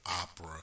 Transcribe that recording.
opera